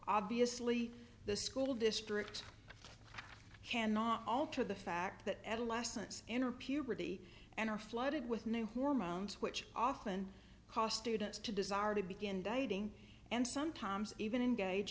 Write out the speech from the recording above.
obviously the school district cannot alter the fact that adolescents enter puberty and are flooded with new hormones which often costed us to desire to begin dating and sometimes even in gauge